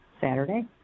Saturday